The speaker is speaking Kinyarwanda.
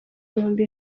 ibihumbi